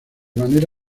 manera